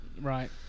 Right